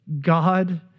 God